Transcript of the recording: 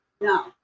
No